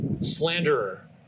slanderer